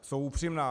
Jsou upřímná.